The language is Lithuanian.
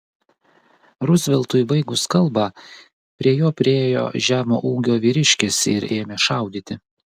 ruzveltui baigus kalbą prie jo priėjo žemo ūgio vyriškis ir ėmė šaudyti